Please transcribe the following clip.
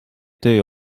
töö